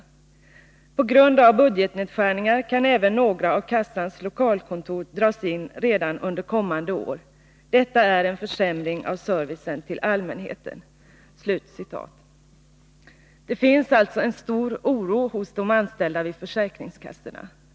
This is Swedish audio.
20 maj 1983 På grund av budgetnedskärningar kan även några av kassans lokalkontor dras in redan under kommande år. Detta är en försämring av servicen till Arbetsfördelallmänheten.” ningen mellan Det finns alltså en stor oro hos de anställda vid försäkringskassorna.